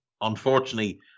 Unfortunately